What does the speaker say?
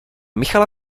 michala